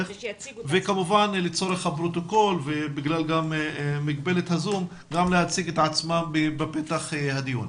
כמובן לצורך הפרוטוקול גם להציג את עצמם בפתח הדיון.